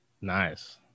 nice